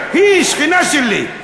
היא שכנה שלי,